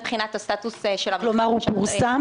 כלומר הוא פורסם?